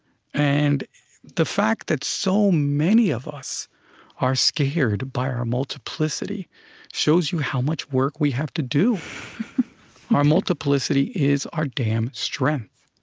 and the fact that so many of us are scared by our multiplicity shows you how much work we have to do our multiplicity is our damn strength.